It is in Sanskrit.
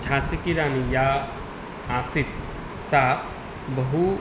झासि कि राणि या आसीत् सा बहु